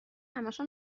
همشو